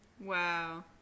wow